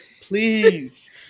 Please